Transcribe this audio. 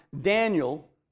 Daniel